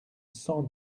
cent